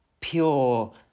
pure